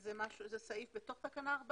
זה סעיף בתוך תקנה 14?